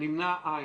נדחה.